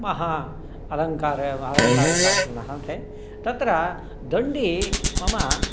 महा अलङ्कार अलङ्कारशास्त्रिणः ते तत्र दण्डी मम